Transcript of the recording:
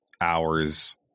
hours